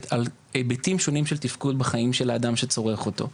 על היבטים שונים של תפקוד בחיים של האדם שצורך אותו.